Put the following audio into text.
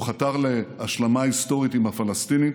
הוא חתר להשלמה היסטורית עם הפלסטינים